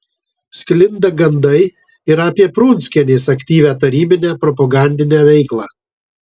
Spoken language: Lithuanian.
sklinda gandai ir apie prunskienės aktyvią tarybinę propagandinę veiklą